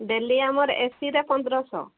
daily ଆମର ଏସିରେ ପନ୍ଦରଶହ